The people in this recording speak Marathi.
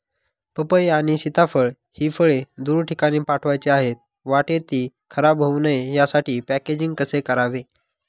पपई आणि सीताफळ हि फळे दूर ठिकाणी पाठवायची आहेत, वाटेत ति खराब होऊ नये यासाठी पॅकेजिंग कसे करावे?